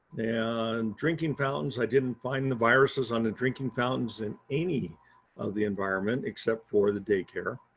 and drinking fountains, i didn't find the viruses on the drinking fountains in any of the environment, except for the daycare.